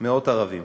מאות ערבים,